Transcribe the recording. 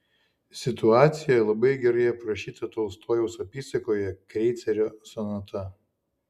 situacija labai gerai aprašyta tolstojaus apysakoje kreicerio sonata